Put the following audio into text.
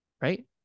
right